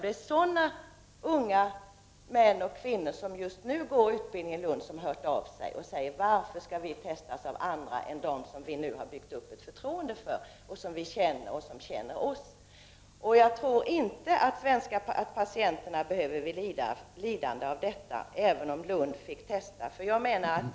Det är sådana unga män och kvinnor som just nu går utbildningen som har hört av sig och frågat: Varför skall vi testas av andra än av dem som vi har byggt upp ett förtroende för, som vi känner och som känner oss? Jag tror inte att patienterna behöver bli lidande, även om man i Lund fick möjligheter att testa språkkunskaperna.